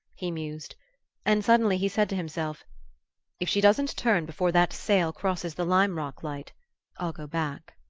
he mused and suddenly he said to himself if she doesn't turn before that sail crosses the lime rock light i'll go back.